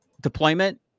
deployment